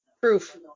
Proof